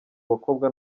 bakobwa